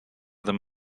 them